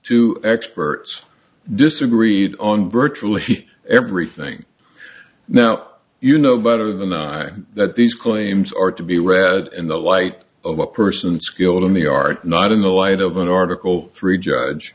two experts disagreed on virtually everything now you know better than i that these claims are to be read in the light of a person skilled in the art not in the light of an article three judge